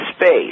space